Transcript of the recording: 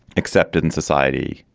accepted in society,